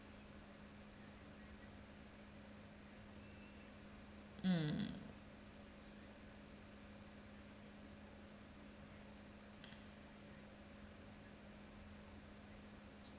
mm